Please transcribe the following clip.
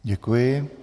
Děkuji.